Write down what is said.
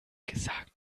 gesagt